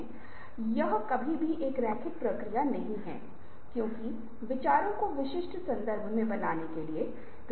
उदाहरण के लिए यदि आप यूरोपीय परंपरा को देखते हैं जिसे प्रभाववाद के रूप में जाना जाता है यह दुनिया को एक नए तरीके से देखने के लिए होता है